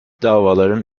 davaların